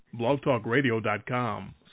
blogtalkradio.com